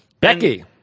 Becky